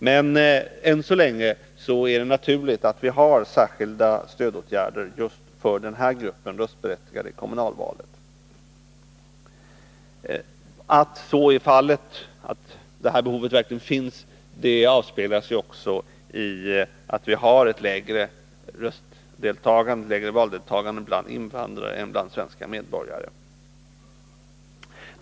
Men än så länge är det naturligt att vi har särskilda stödåtgärder just för den här gruppen röstberättigade i kommunalvalen. Att behovet verkligen finns avspeglas också i att vi har ett lägre valdeltagande bland invandrare än bland svenska medborgare.